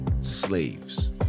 slaves